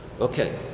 Okay